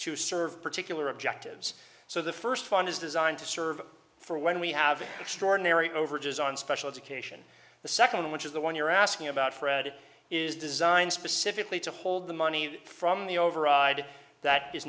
to serve particular objectives so the first fund is designed to serve for when we have an extraordinary overages on special education the second which is the one you're asking about fred is designed specifically to hold the money from the override that is